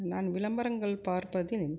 நான் விளம்பரங்கள் பார்ப்பது